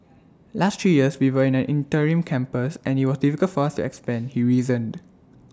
last three years we were in an interim campus and IT was difficult for us expand he reasoned